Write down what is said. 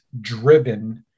driven